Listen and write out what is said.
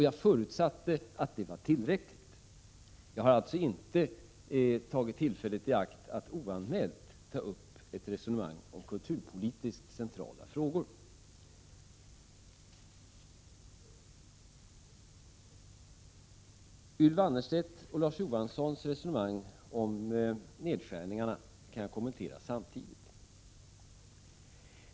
Jag förutsatte att det var tillräckligt. Jag har alltså inte tagit tillfället i akt att oanmält föra ett resonemang om kulturpolitiskt centrala frågor. Ylva Annerstedts och Larz Johanssons resonemang om nedskärningarna på skolans område kan jag kommentera samtidigt.